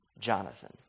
Jonathan